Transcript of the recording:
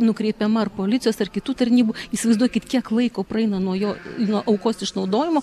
nukreipiama ar policijos ar kitų tarnybų įsivaizduokit kiek laiko praeina nuo jo nuo aukos išnaudojimo